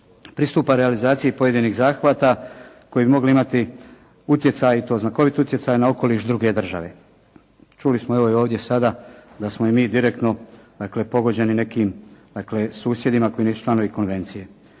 pristupa realizaciji pojedinih zahvata koji bi mogli imati utjecaj i to znakovit utjecaj na okoliš druge države. Čuli smo evo i ovdje sada da smo i mi direktno, dakle pogođeni nekim, dakle susjedima koji nisu članovi konvencije.